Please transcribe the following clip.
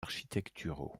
architecturaux